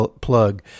plug